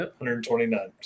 129